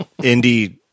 indie